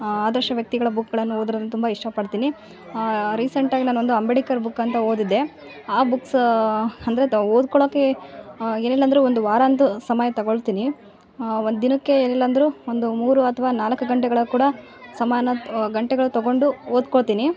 ಆದರ್ಶ ವ್ಯಕ್ತಿಗಳ ಬುಕ್ಗಳನ್ನು ಓದನ್ನು ತುಂಬ ಇಷ್ಟಪಡ್ತೀನಿ ರೀಸೆಂಟಾಗಿ ನಾನು ಒಂದು ಅಂಬೇಡ್ಕರ್ ಬುಕ್ ಅಂತ ಓದಿದ್ದೆ ಆ ಬುಕ್ಸ್ ಅಂದರೆ ತಾವು ಓದ್ಕೊಳೋಕೆ ಏನಿಲ್ಲ ಅಂದರು ಒಂದು ವಾರ ಅಂತು ಸಮಯ ತಗೋಳ್ತೀನಿ ಒಂದು ದಿನಕ್ಕೆ ಏನಿಲ್ಲ ಅಂದರು ಒಂದು ಮೂರು ಅಥ್ವಾ ನಾಲ್ಕು ಗಂಟೆಗಳ ಕೂಡ ಸಮಾನದ ಗಂಟೆಗಳು ತಗೊಂಡು ಓದ್ಕೊಳ್ತೀನಿ